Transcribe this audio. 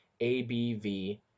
ABV